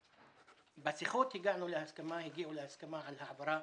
בשיחות הגיעו להסכמה על העברה